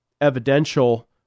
evidential